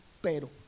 pero